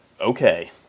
okay